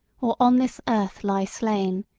or on this earth lie slain,